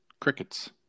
crickets